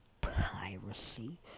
piracy